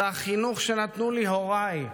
זה החינוך שנתנו לי הוריי,